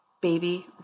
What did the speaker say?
baby